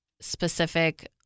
specific